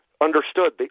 understood